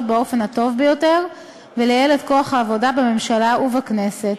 באופן הטוב ביותר ולייעל את כוח העבודה בממשלה ובכנסת.